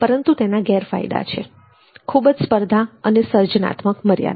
પરંતુ તેના ગેરફાયદા છે ખૂબ જ સ્પર્ધા તથા સર્જનાત્મક મર્યાદા